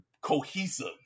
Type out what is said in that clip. cohesive